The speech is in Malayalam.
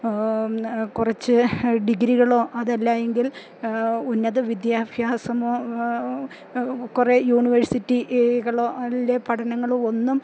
കുറച്ച് ഡിഗ്രികളോ അതല്ലായെങ്കിൽ ഉന്നത വിദ്യാഭ്യാസമോ കുറെ യൂണിവേഴ്സിറ്റി കളോ അല്ലെ പഠനങ്ങളോ ഒന്നും